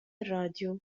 الراديو